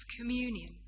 communion